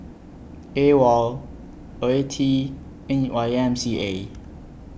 AWOL OETI and Y M C A